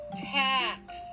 tax